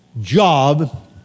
job